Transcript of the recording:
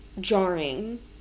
jarring